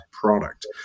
product